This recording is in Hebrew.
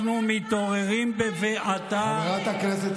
שמעון פרס?